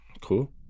cool